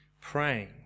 praying